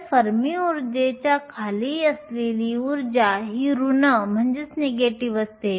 तर फर्मी उर्जेच्या खाली असलेली ऊर्जा ही ऋण असते